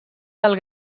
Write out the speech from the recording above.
del